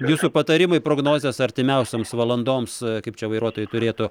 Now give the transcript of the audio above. jūsų patarimai prognozės artimiausioms valandoms kaip čia vairuotojai turėtų